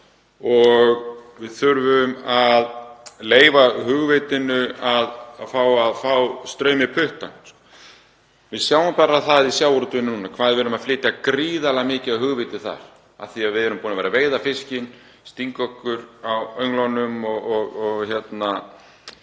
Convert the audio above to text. Við þurfum að leyfa hugvitinu að fá straum í puttann. Við sjáum bara í sjávarútveginum núna hvað við erum að flytja gríðarlega mikið af hugviti út af því að við erum búin að vera að veiða fiskinn, stinga okkur á önglunum og vera